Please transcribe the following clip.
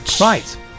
right